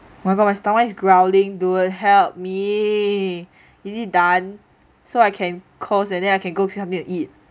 oh my god my stomach is growling dude help me is it done so I can close and then I can go get something to eat